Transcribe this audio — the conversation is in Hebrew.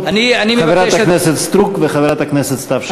חברת הכנסת סטרוק וחברת הכנסת סתיו שפיר.